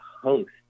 host